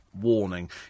warning